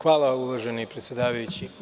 Hvala uvaženi predsedavajući.